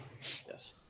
Yes